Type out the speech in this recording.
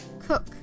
cook